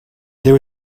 there